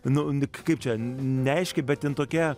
nu kaip čia ne aiški bet jin tokia